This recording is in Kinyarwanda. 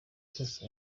cyose